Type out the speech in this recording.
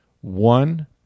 one